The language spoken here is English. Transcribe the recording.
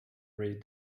read